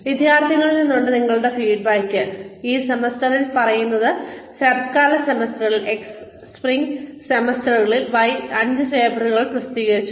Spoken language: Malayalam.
വിദ്യാർത്ഥികളിൽ നിന്നുള്ള നിങ്ങളുടെ ഫീഡ്ബാക്ക് ഈ സെമസ്റ്ററിൽ പറയുന്നത് ശരത്കാല സെമസ്റ്ററിൽ X സ്പ്രിംഗ് സെമസ്റ്ററിൽ Y നിങ്ങൾ അഞ്ച് പേപ്പറുകൾ പ്രസിദ്ധീകരിച്ചു